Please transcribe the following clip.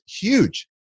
huge